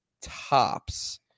tops